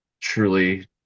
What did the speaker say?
truly